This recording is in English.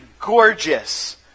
gorgeous